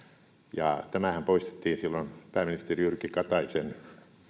tämähän poistettiin silloin pääministeri jyrki kataisen